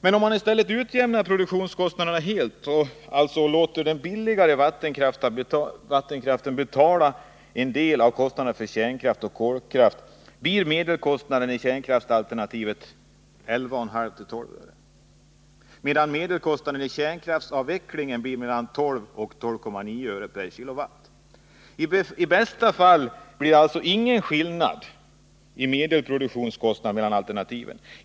Men om man i stället utjämnar produktionskostnaderna helt och alltså låter den billigare vattenkraften betala en del av kostnaden för kärnkraft och kolkraft, blir medelkostnaden i kärnkraftsalternativet 11,2-12,0 öre, medan medelkostnaden vid kärnkraftsavveckling blir 12,0-12,9 öre/kWh. I bästa fall blir det alltså ingen skillnad i medelproduktionskostnad mellan alternativen.